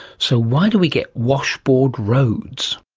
so why do we get washboard roads?